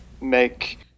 make